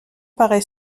paraît